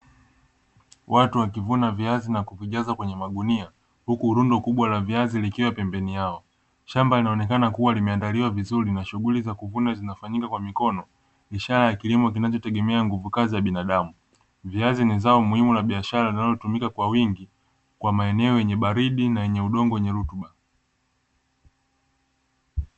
Watu wakivuna viazi na kuvijaza kwenye magunia, huku rundo kubwa la viazi likiwa pembeni yao. Shamba linaonekana kuwa limeandaliwa vizuri na shughuli za kuvuna zinafanyika kwa mikono, ishara ya kilimo kinachotegemea nguvu kazi ya binadamu. Viazi ni zao muhimu la biashara linalotumika kwa wingi kwa maeneo yenye baridi na yenye udogo wenye rutuba.